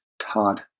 Todd